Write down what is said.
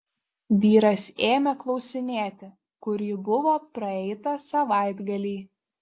vyras ėmė klausinėti kur ji buvo praeitą savaitgalį